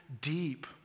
deep